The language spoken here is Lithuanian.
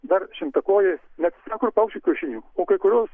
dar šimtakojais net teko ir paukščių kiaušinių o kai kurios